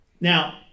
Now